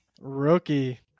Rookie